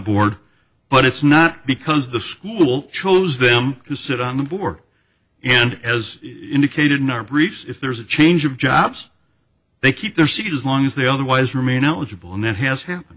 board but it's not because the school chose them to sit on the bore and as indicated in our briefs if there's a change of jobs they keep their seat as long as they otherwise remain eligible and that has h